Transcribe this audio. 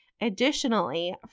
Additionally